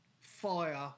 fire